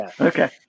Okay